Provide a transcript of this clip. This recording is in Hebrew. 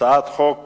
הצעת חוק